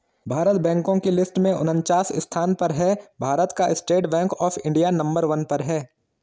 भारत बैंको की लिस्ट में उनन्चास स्थान पर है भारत का state bank of India number one पर है